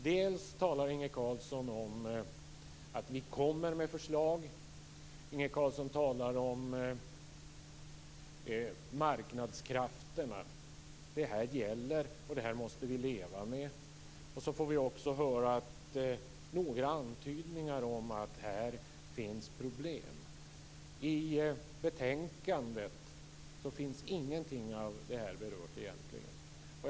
Dels talar Inge Carlsson om att det skall komma förslag, dels talar Inge Carlsson om marknadskrafterna. Detta gäller, och detta måste vi leva med. Så får vi också höra några antydningar om att här finns problem. Ingenting av detta har berörts i betänkandet.